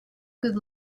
good